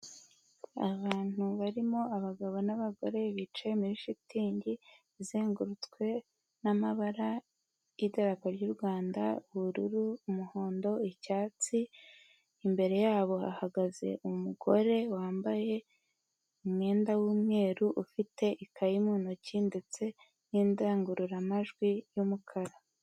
Abantu barimo abagabo n'abagore bicaye muri shitingi izengurutswe n'amabara y'idarapo ry'u Rwanda, ubururu, umuhondo, icyatsi. Imbere yabo hahagaze umugore wambaye umwenda w'umweru ufite ikayi mu ntoki ndetse n'indangururamajwi y'umukara.